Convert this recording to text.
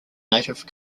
native